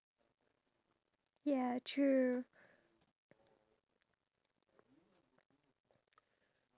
ya true um my sociology teacher actually mentioned that